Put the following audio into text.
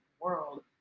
world